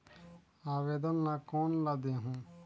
आवेदन ला कोन ला देहुं?